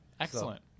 Excellent